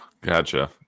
Gotcha